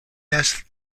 death